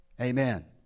Amen